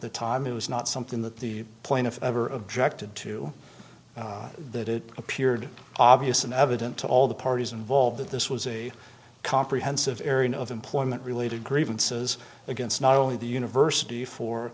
the time it was not something that the plaintiff ever objected to that it appeared obvious and evident to all the parties involved that this was a comprehensive area of employment related grievances against not only the university for